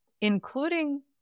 including